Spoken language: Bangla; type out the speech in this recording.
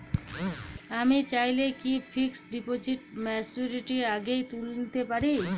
আমি চাইলে কি ফিক্সড ডিপোজিট ম্যাচুরিটির আগেই তুলে নিতে পারি?